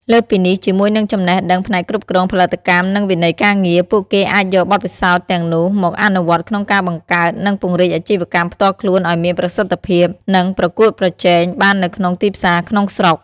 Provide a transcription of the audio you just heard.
លើសពីនេះ ជាមួយនឹងចំណេះដឹងផ្នែកគ្រប់គ្រង ផលិតកម្ម និងវិន័យការងារ ពួកគេអាចយកបទពិសោធន៍ទាំងនោះមកអនុវត្តក្នុងការបង្កើត និងពង្រីកអាជីវកម្មផ្ទាល់ខ្លួនឱ្យមានប្រសិទ្ធភាព និងប្រកួតប្រជែងបាននៅក្នុងទីផ្សារក្នុងស្រុក។